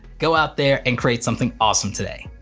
go out there an create something awesome today.